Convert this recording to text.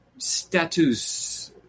status